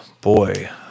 boy